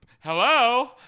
hello